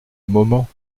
moment